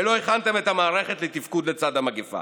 ולא הכנתם את המערכת לתפקוד לצד המגפה.